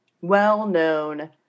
well-known